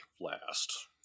last